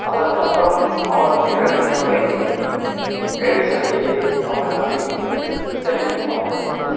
அதற்கப்புறமும் அவர் இறக்கும் வரை மேல் சட்டையை அவர் அணியவில்லை இத்தனைக்கும் அவர் வந்து